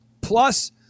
plus